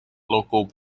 local